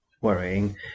worrying